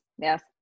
Yes